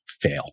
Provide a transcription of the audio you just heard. fail